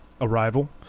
Arrival